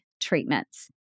treatments